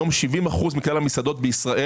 70% מכלל המסעדות בישראל,